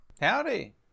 Howdy